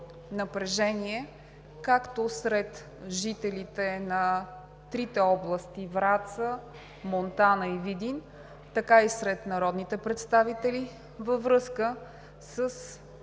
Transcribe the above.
както сред жителите на трите области Враца, Монтана и Видин, така и сред народните представители във връзка